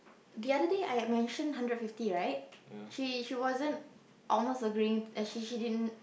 the other day I mentioned hundred fifty right she she wasn't almost agreeing and she she didn't